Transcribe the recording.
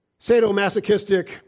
sadomasochistic